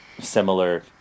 similar